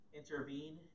intervene